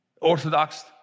Orthodox